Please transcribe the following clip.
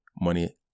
money